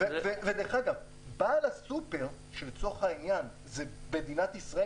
בעל הסופר שזו מדינת ישראל,